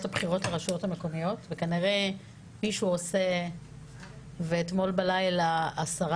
הבחירות לרשויות המקומיות וכנראה מישהו עושה ואתמול בלילה השרה